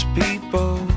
people